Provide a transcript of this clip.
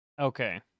okay